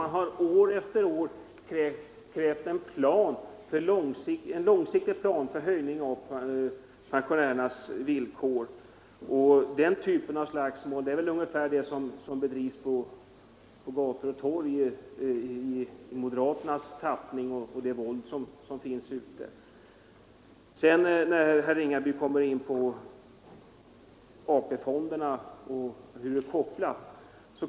Man har år efter år krävt en långsiktig plan för förbättring av folkpensionärernas villkor. Det är en mycket moderat form av slagsmål jämfört med det våld som förekommer på gator och torg.